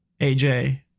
AJ